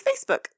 Facebook